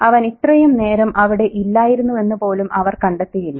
അവൻ ഇത്രയും നേരം അവിടെ ഇല്ലായിരുന്നുവെന്നു പോലും അവർ കണ്ടെത്തിയില്ല